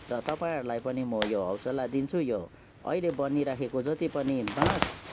र तपाईँहरूलाई पनि म यो हौसला दिन्छु यो अहिले बनिरहेको जति पनि बाँस